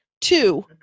Two